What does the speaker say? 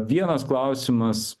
vienas klausimas